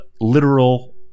literal